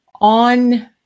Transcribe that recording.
on